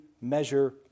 measure